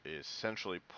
essentially